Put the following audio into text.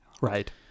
right